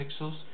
pixels